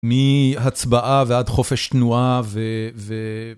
מהצבעה ועד חופש תנועה ו...